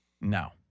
No